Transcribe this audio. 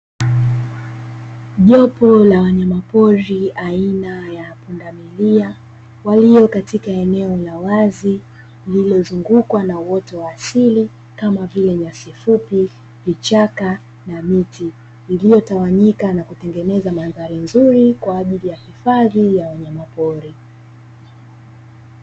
Jopo la wanyama pori aina ya pundamilia walio katika eneo la wazi lililozungukwa na uoto wa asili kama vile nyasi fupi, vichaka na miti iliyotawanyika na kutengeneza mandhari nzuri kwa ajili ya hifadhi ya wanyama pori.